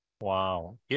Wow